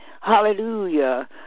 Hallelujah